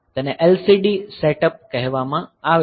તેને LCD setup કહેવામાં આવે છે